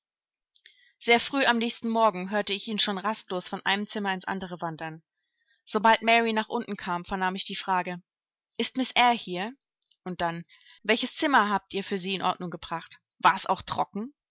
sehr früh am nächsten morgen hörte ich ihn schon rastlos von einem zimmer ins andere wandern sobald mary nach unten kam vernahm ich die frage ist miß eyre hier und dann welches zimmer habt ihr für sie in ordnung gebracht war es auch trocken